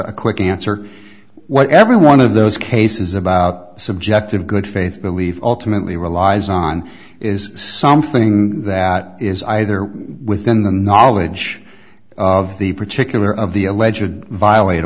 a quick answer what every one of those cases about subjective good faith believe ultimately relies on is something that is either within the knowledge of the particular of the alleged would violate